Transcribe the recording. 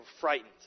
frightened